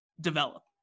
develop